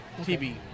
TV